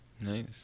Nice